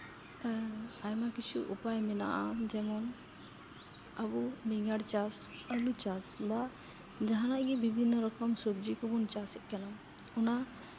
ᱟᱭᱢᱟ ᱠᱤᱪᱷᱩ ᱩᱯᱟᱭ ᱢᱮᱱᱟᱜᱼᱟ ᱡᱮᱢᱚᱱ ᱟᱵᱚ ᱵᱮᱸᱜᱟᱲ ᱪᱟᱥ ᱟᱹᱞᱩ ᱪᱟᱥ ᱵᱟ ᱡᱟᱦᱟᱱᱟᱜ ᱜᱮ ᱵᱤᱵᱷᱤᱱᱱᱚ ᱨᱚᱠᱚᱢ ᱥᱚᱵᱽᱡᱤ ᱠᱚᱵᱚᱱ ᱪᱟᱥᱮᱜ ᱠᱟᱱᱟ ᱚᱱᱟ